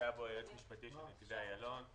היועץ המשפטי של נתיבי איילון.